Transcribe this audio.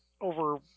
over